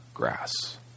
grass